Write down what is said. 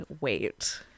wait